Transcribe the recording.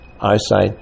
eyesight